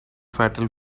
fatal